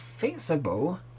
fixable